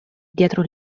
dietro